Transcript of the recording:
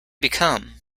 become